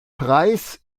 preis